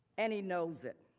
and he knows it.